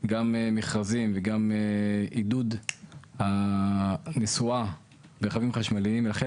גם מכרזים וגם עידוד הנסועה לרכבים חשמליים ולכן